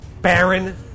Baron